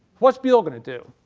what's biele going to do?